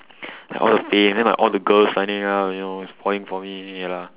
like all the fame then like all the girls signing up you know who's falling for me ya lah